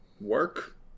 work